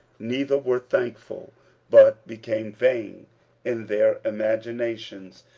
neither were thankful but became vain in their imaginations,